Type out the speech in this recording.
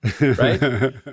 right